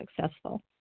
successful